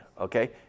okay